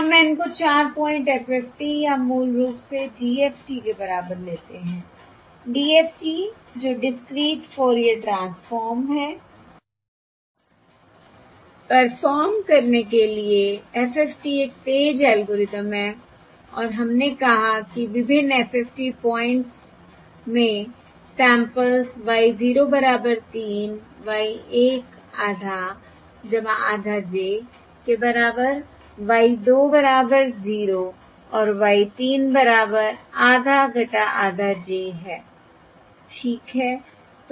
हम N को 4 point FFT या मूल रूप से DFT के बराबर लेते हैं DFT जो डिस्क्रीट फोरियर ट्रांसफॉर्म है परफॉर्म करने के लिए FFTएक तेज एल्गोरिथ्म है और हमने कहा कि विभिन्न FFT पॉइंट्स में सैंपल्स Y 0 बराबर 3 Y 1 आधा आधा j के बराबर Y 2 बराबर 0 और Y 3 बराबर आधा आधा j है ठीक है